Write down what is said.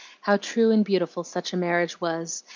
how true and beautiful such a marriage was,